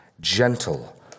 gentle